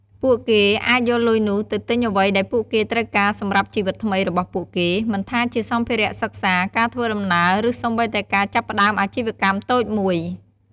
ពួកគេអាចយកលុយនោះទៅទិញអ្វីដែលពួកគេត្រូវការសម្រាប់ជីវិតថ្មីរបស់ពួកគេ មិនថាជាសម្ភារៈសិក្សា ការធ្វើដំណើរ ឬសូម្បីតែការចាប់ផ្តើមអាជីវកម្មតូចមួយ។